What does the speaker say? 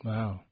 Wow